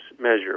measure